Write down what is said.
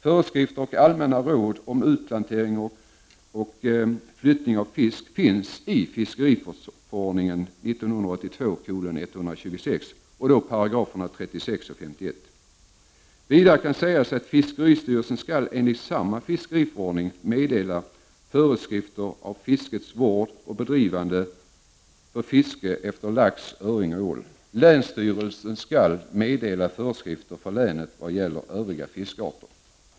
Föreskrifter och allmänna råd om utplantering och flyttning av fisk finns i fiskeriförordningen 1982:126 §§ 36 och 51. Vidare kan sägas att fiskeristyrelsen enligt samma fiskeriförordning skall meddela föreskrifter för fiskets vård och bedrivande när det gäller fiske efter lax, öring och ål. Länsstyrelserna skall meddela föreskrifter för länet vad gäller övriga fiskarter.